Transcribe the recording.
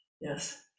Yes